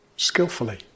Skillfully